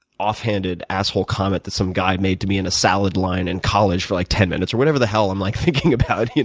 offhanded asshole comment that some guy made to me in a salad line in college for like ten minutes or whatever the hell i'm like thinking about,